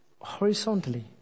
Horizontally